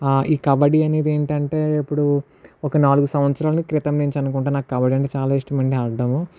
ఈ కబడ్డీ అనేది ఏంటి అంటే ఇప్పుడు ఒక నాలుగు సంవత్సరాల క్రితం నుంచి అనుకుంట నాకు కబడ్డీ అంటే చాలా ఇష్టం అండి ఆడడము